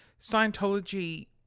Scientology